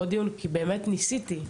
כי באמת ניסיתי,